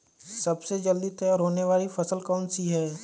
सबसे जल्दी तैयार होने वाली फसल कौन सी है?